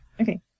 Okay